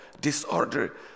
disorder